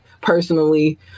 personally